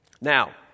Now